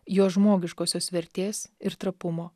jo žmogiškosios vertės ir trapumo